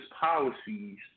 policies